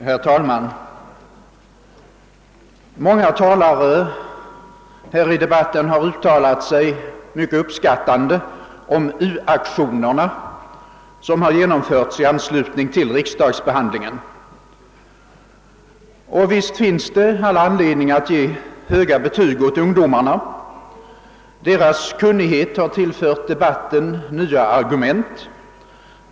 Herr talman! Många av deltagarna i denna debatt har uttalat sig mycket uppskattande om u-aktionerna som har genomförts i anslutning till riksdagsbehandlingen. Och visst finns det anledning att ge höga betyg åt ungdomarna. Deras kunnighet har tillfört debatten nya argument.